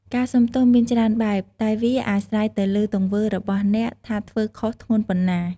ការសុំទោសមានច្រើនបែប តែវាអាស្រ័យទៅលើទង្វើរបស់អ្នកថាធ្វើខុសធ្ងន់ប៉ុណ្ណា។